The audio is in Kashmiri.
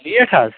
ریٹ حظ